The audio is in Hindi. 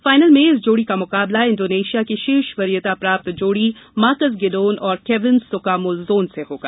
फाइनल में इस जोड़ी का मुकाबला इंडोनेशिया की शीर्ष वरीयता प्राप्ता जोड़ी मार्कस गिडोन और केविन सुकामुल्जोन से होगा